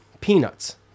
peanuts